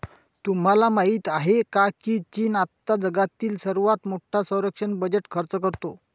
तुम्हाला माहिती आहे का की चीन आता जगातील सर्वात मोठा संरक्षण बजेट खर्च करतो?